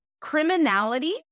Criminality